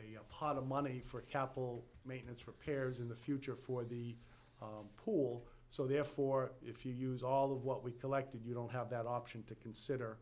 have a pot of money for capital maintenance repairs in the future for the pool so therefore if you use all of what we collected you don't have that option to consider